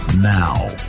Now